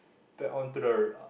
back onto the